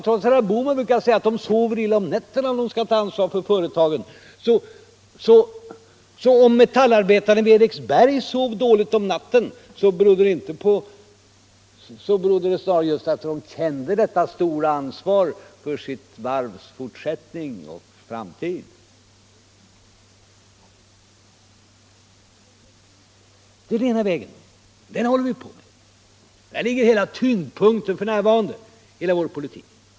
Herr Bohman brukar säga att löntagarna sover illa om nätterna ifall de skall ta ansvar för företagen. Men om metallarbetarna vid Eriksberg sov dåligt om natten, så berodde det snarare på att de kände detta stora ansvar för sitt varvs fortsättning och framtid. Det är den ena vägen. Detta håller vi på med — där ligger tyngdpunkten f.n. i hela vår politik.